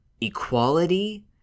equality